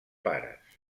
pares